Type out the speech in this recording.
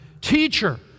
teacher